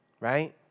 right